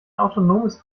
autonomes